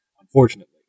Unfortunately